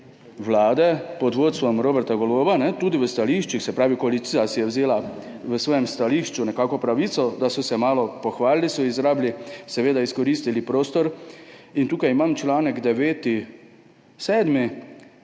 vlade pod vodstvom Roberta Goloba, tudi v stališčih, se pravi koalicija si je vzela v svojem stališču nekako pravico, da so se malo pohvalili, so izrabili in izkoristili prostor. Tukaj imam članek iz